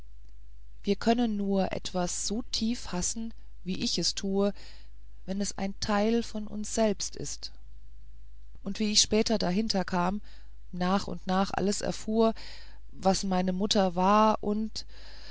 wir können nur etwas so tief hassen wie ich es tue was ein teil von uns selbst ist und wie ich später dahinter kam nach und nach alles erfuhr was meine mutter war und